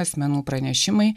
asmenų pranešimai